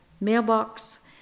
mailbox